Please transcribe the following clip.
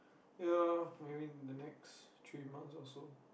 ya maybe the next three months or so